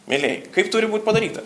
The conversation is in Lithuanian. mielieji kaip turi būt padaryta